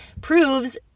proves